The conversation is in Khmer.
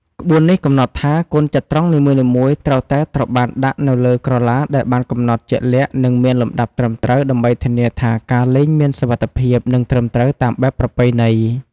ក្បួននេះកំណត់ថា កូនចត្រង្គនីមួយៗត្រូវតែត្រូវបានដាក់នៅលើក្រឡាដែលបានកំណត់ជាក់លាក់ និងមានលំដាប់ត្រឹមត្រូវ ដើម្បីធានាថាការលេងមានសុវត្ថិភាព និងត្រឹមត្រូវតាមបែបប្រពៃណី។